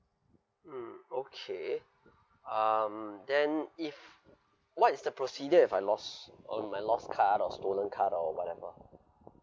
mm okay um then if what is the procedure if I lost um I lost card I got stolen card or whatever